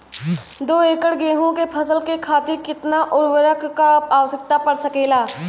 दो एकड़ गेहूँ के फसल के खातीर कितना उर्वरक क आवश्यकता पड़ सकेल?